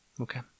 Okay